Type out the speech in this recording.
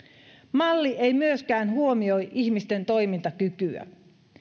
malli ei myöskään huomioi ihmisten toimintakykyä